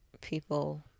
people